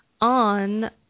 on